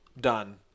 done